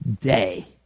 day